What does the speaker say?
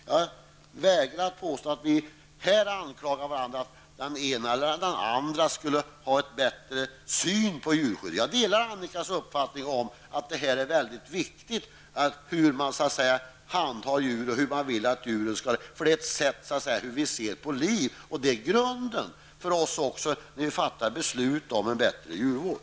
Jag vill inte säga att den ena eller den andra här har en bättre syn på djurskyddet. Jag delar Annika Åhnbergs uppfattning att det är viktigt att ta upp frågan om hur vi handhar djur och hur djuren skall få leva. Det är ett sätt att visa hur vi ser på livet. Det skall vara grunden för oss när vi fattar beslut om bättre djurvård.